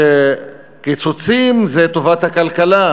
שקיצוצים זה טובת הכלכלה,